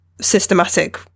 systematic